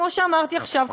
כמו שאמרתי עכשיו,